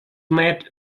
met